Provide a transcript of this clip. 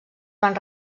van